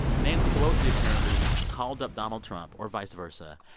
nancy pelosi apparently called up donald trump, or vice versa.